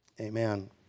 Amen